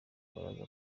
baraza